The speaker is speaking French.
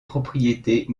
propriétés